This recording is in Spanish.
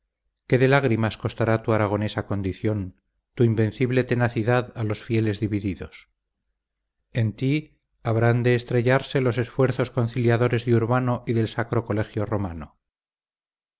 qué de lágrimas costará tu aragonesa condición tu invencible tenacidad a los fieles divididos en ti habrán de estrellarse los esfuerzos conciliadores de urbano y del sacro colegio romano